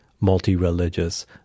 multi-religious